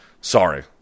Sorry